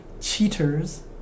Cheaters